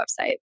website